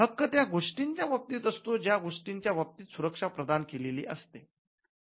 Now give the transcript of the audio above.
हक्क त्या गोष्टींच्या बाबतीत असतो ज्या गोष्टींच्या बाबतीत सुरक्षा प्रदान केलेली असते